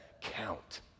count